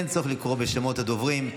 אין צורך לקרוא בשמות הדוברים.